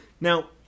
Now